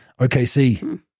OKC